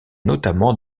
notamment